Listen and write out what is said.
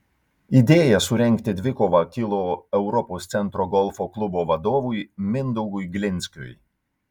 idėja surengti dvikovą kilo europos centro golfo klubo vadovui mindaugui glinskiui